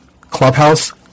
clubhouse